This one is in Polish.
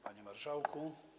Panie Marszałku!